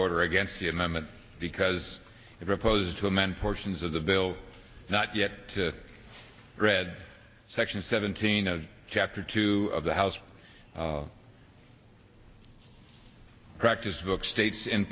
order against the amendment because it reposed to amend portions of the bill not yet to read section seventeen of chapter two of the house practice book